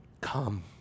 come